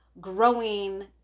growing